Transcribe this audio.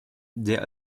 der